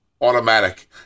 automatic